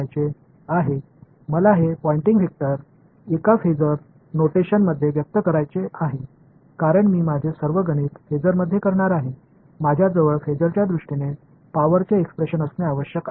तर मला आता हे शोधायचे आहे मला हे पोइंटिंग वेक्टर एका फेसर नोटेशनमध्ये व्यक्त करायचे आहे कारण मी माझे सर्व गणित फेसरमध्ये करणार आहे माझ्याजवळ फेजर्सच्या दृष्टीने पॉवरचे एक्सप्रेशन असणे आवश्यक आहे